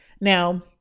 Now